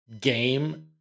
game